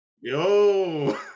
Yo